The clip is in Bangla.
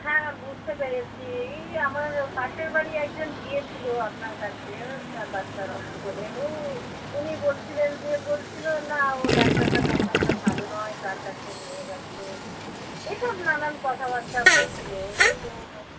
হ্যাঁ বুঝতে পেরেছি এই আমার পাশের বাড়ির একজন গিয়েছিল আপনার কাছে তার বাচ্চার অসুখ হলে ও উনি বলছিলেন যে বলছিল না ও ডাক্তারটা তেমন একটা ভালো নয় কার কাছে নিয়ে গেছ এইসব নানান কথাবার্তা বলছিল তো